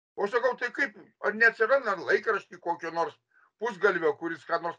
o aš sakau tai kaip ar neatsiranda laikrašty kokio nors pusgalvio kuris ką nors